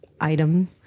item